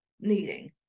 needing